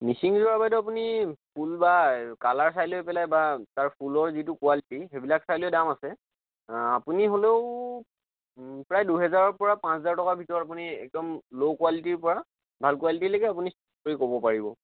মিচিং যোৰা বাইদেউ আপুনি ফুল বা এই কালাৰ চাই লৈ পেলাই বা তাৰ ফুলৰ যিটো কোৱালিটি সেইবিলাক চাই লৈ দাম আছে আপুনি হ'লেও প্ৰায় দুহেজাৰৰ পৰা পাঁচহেজাৰ টকাৰ ভিতৰত মানে একদম ল' কোৱালিটিৰ পৰা ভাল কোৱালিটিলৈকে আপুনি ক'ব পাৰিব